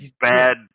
bad